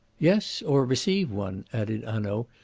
yes, or receive one, added hanaud,